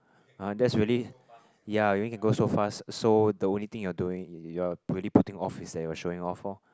!huh! that's really ya you only can go so fast so the only thing you are doing is your already putting off is that you are showing off for